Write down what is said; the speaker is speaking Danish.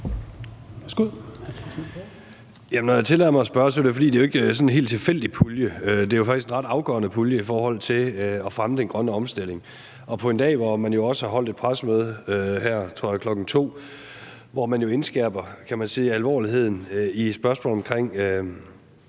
Når jeg tillader mig at spørge, er det jo, fordi det ikke er sådan en helt tilfældig pulje. Det er faktisk en ret afgørende pulje i forhold til at fremme den grønne omstilling. Og på en dag, hvor man jo også har holdt et pressemøde kl. 14.00, tror jeg, hvor man indskærper alvoren, kan man sige, i spørgsmålet omkring